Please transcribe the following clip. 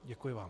Děkuji vám.